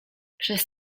przez